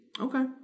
okay